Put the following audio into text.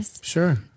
Sure